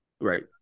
right